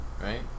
right